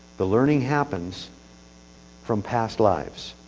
the learning happens from past lives.